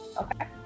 Okay